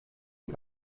den